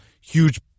huge